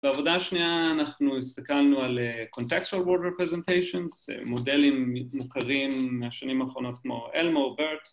בעבודה השנייה אנחנו הסתכלנו על מודלים מוכרים מהשנים האחרונות כמו אלמה וברט